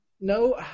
No